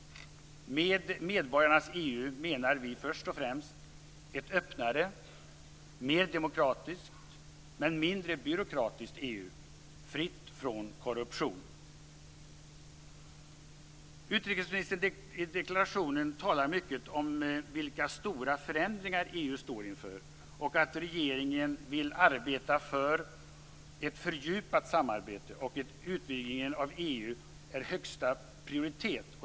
Med medborgarnas EU menar vi först och främst ett öppnare, mer demokratiskt men mindre byråkratiskt EU fritt från korruption. Utrikesministerns deklaration talar mycket om vilka stora förändringar EU står inför - att regeringen vill arbeta för ett fördjupat samarbete och att utvidgningen av EU har högsta prioritet.